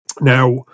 Now